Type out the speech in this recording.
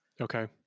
Okay